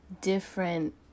different